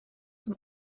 zum